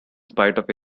spite